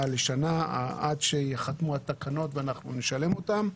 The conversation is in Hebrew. לשנה עד שייחתמו התקנות ואנחנו נשלם אותן.